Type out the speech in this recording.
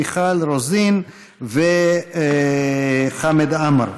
מיכל רוזין וחמד עמאר.